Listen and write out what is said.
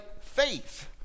faith